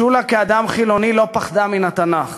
שולה, כאדם חילוני, לא פחדה מן התנ"ך.